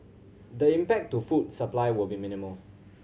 the impact to food supply will be minimal